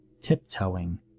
tiptoeing